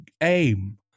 aim